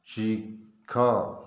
ଶିଖ